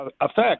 effect